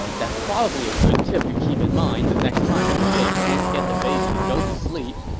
that's probably a good tip to keep in mind the next time liu bei can't get the baby to go to sleep.